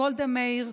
גולדה מאיר,